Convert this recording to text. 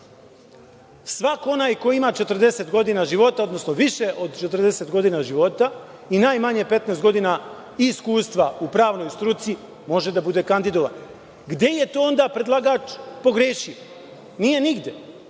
Svako onaj ko ima 40 godina života, odnosno više od 40 godina života i najmanje 15 godina iskustva u pravnoj struci može da bude kandidovan. Gde je tu onda predlagač pogrešio? Nije nigde.